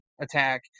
Attack